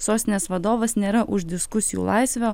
sostinės vadovas nėra už diskusijų laisvę